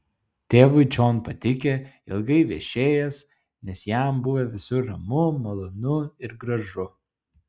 tėvui čion patikę ilgai viešėjęs nes jam buvę visur ramu malonu ir gražu